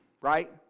right